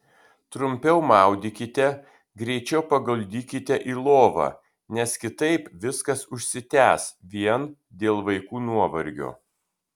trumpiau maudykite greičiau paguldykite į lovą nes kitaip viskas užsitęs vien dėl vaikų nuovargio